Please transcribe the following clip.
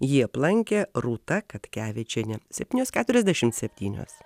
jį aplankė rūta katkevičienė septynios keturiasdešimt septynios